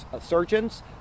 surgeons